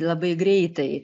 labai greitai